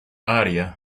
área